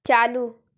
चालू